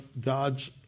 God's